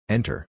Enter